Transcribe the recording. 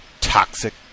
toxic